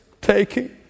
taking